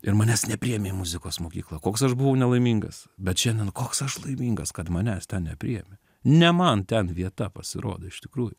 ir manęs nepriėmė į muzikos mokyklą koks aš buvau nelaimingas bet šiandien koks aš laimingas kad manęs ten nepriėmė ne man ten vieta pasirodo iš tikrųjų